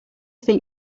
think